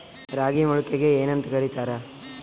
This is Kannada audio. ರಾಗಿ ಮೊಳಕೆಗೆ ಏನ್ಯಾಂತ ಕರಿತಾರ?